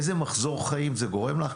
איזה מחזור חיים זה גורם לך?